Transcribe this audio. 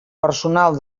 personal